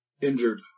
Injured